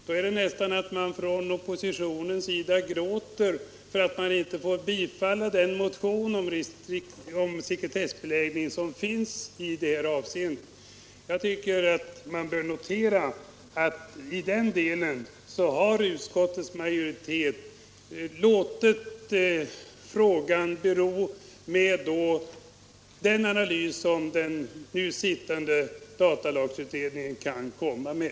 Då nästan ”gråter” oppositionen för att man inte får bifalla den motion som har väckts om sekretessbeläggning av ett sådant register. Jag tycker man bör notera att utskottets majoritet al i den delen låtit frågan bero med den analys som den nu arbetande datalagsutredningen kan framlägga.